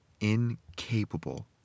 incapable